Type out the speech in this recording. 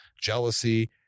Jealousy